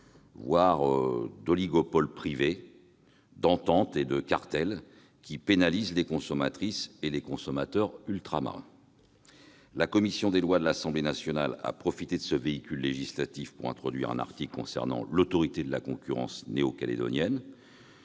ou d'oligopole, d'ententes et de cartels qui pénalisent les consommatrices et consommateurs ultramarins. La commission des lois de l'Assemblée nationale a profité de ce véhicule législatif pour introduire un article concernant l'autorité néo-calédonienne